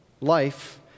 Life